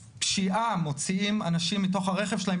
פשיעה", מוציאים אנשים מתוך הרכב שלהם.